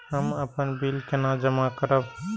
हम अपन बिल केना जमा करब?